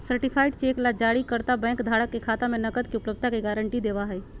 certified cheque ला जारीकर्ता bank धारक के खाता में नकद के उपलब्धता के गारंटी देवा हई